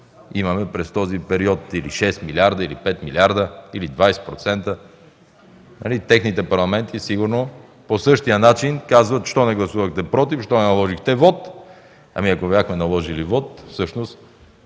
имаме през този период, с 6 милиарда или 5 милиарда, или 20%. Техните парламенти сигурно по същия начин казват: „Защо не гласувахте „против”, защо не наложихте вот?” Ако бяхме наложили вот, всъщност,